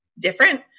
different